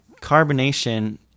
carbonation